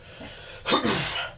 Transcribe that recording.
Yes